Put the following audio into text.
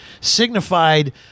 signified